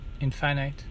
Infinite